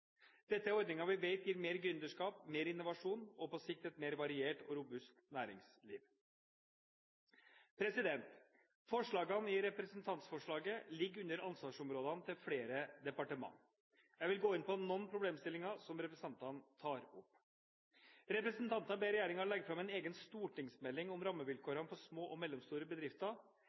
Dette er ordninger vi vet gir mer gründerskap, mer innovasjon og på sikt et mer variert og robust næringsliv. Forslagene i representantforslaget ligger under ansvarsområdene til flere departementer. Jeg vil gå inn på noen problemstillinger som representantene tar opp. Representantene ber regjeringen legge fram en egen stortingsmelding om rammevilkårene for små og mellomstore bedrifter.